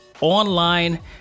online